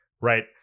right